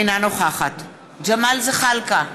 אינה נוכחת ג'מאל זחאלקה,